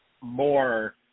more